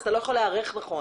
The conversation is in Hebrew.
אתה לא יכול להיערך נכון.